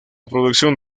producción